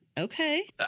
Okay